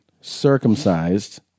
circumcised